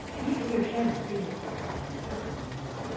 and he could hear hannah singing to herself in the kitchen below.